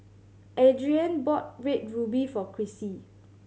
Adrianne bought Red Ruby for Chrissy